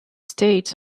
states